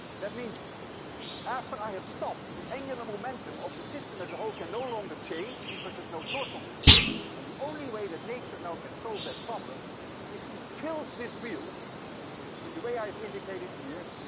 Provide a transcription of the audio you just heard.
that means after i have stopped, the angular momentum of the system as a whole can no longer change because there's no torque on the system, and the only way that nature now can solve that problem is to tilt this wheel in the way i've indicated here,